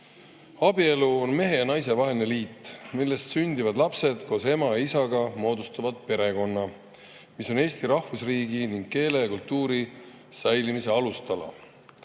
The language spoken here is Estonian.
Abielu on mehe ja naise vaheline liit, millest sündivad lapsed koos ema ja isaga moodustavad perekonna, mis on Eesti rahvusriigi ning keele ja kultuuri säilimise alustala.